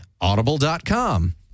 Audible.com